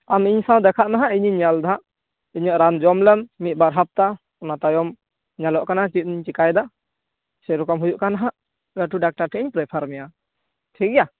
ᱟᱢ ᱤᱧ ᱥᱟᱶ ᱫᱮᱠᱷᱟᱜ ᱢᱮ ᱦᱟᱸᱜ ᱤᱧᱤᱧ ᱧᱮᱞᱫᱟ ᱦᱟᱸᱜ ᱱᱤᱭᱟᱹ ᱨᱟᱱ ᱡᱚᱢᱞᱮᱢ ᱢᱤᱫ ᱵᱟᱨ ᱦᱟᱯᱛᱟ ᱚᱱᱟ ᱛᱟᱭᱚᱢ ᱧᱮᱞᱚᱜ ᱠᱟᱱᱟ ᱪᱮᱛᱤᱧ ᱪᱮᱠᱟᱭᱫᱟ ᱥᱮᱨᱚᱠᱚᱢ ᱦᱩᱭᱩᱜᱠᱟᱱ ᱦᱟᱸᱜ ᱞᱟᱹᱴᱷᱩ ᱰᱟᱠᱛᱟᱨ ᱴᱷᱮᱱᱤᱧ ᱨᱮᱯᱷᱟᱨ ᱢᱮᱭᱟ ᱴᱷᱤᱠ ᱜᱮᱭᱟ